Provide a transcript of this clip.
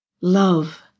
love